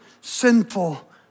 sinful